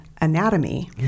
anatomy